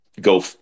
go